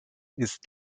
ist